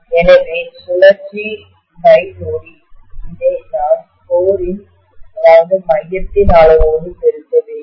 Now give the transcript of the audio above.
எனவே இது சுழற்சிநொடி இதை நான் கோரின் மையத்தின் அளவோடு பெருக்க வேண்டும்